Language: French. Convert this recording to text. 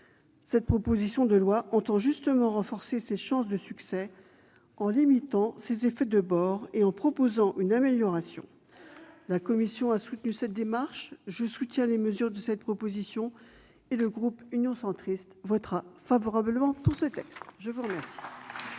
Cette proposition de loi entend justement renforcer ses chances de succès en limitant ses effets de bord et en proposant une amélioration. La commission a appuyé cette démarche. Je soutiens les mesures de cette proposition de loi et le groupe Union Centriste votera en faveur de ce texte. La parole